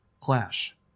Clash